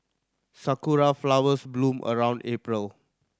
sakura flowers bloom around April